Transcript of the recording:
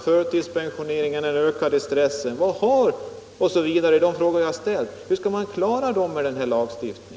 Hur skall man med den här lagstiftningen kunna komma till rätta med sådana saker som förtidspensioneringen och den ökade stressen?